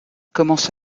commence